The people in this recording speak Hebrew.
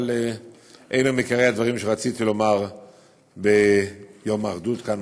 אבל אלו הם עיקרי הדברים שרציתי לומר ביום האחדות כאן,